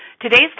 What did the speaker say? Today's